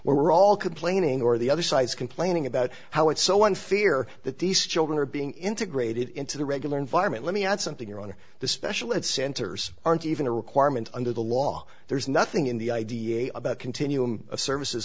we're all complaining or the other side's complaining about how it's so one fear that these children are being integrated into the regular environment let me add something here on the special ed centers aren't even a requirement under the law there's nothing in the idea about continuum of services